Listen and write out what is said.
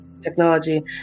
technology